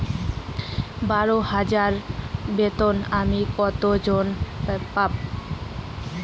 বারো হাজার বেতনে আমি কত ঋন পাব?